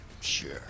Sure